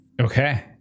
Okay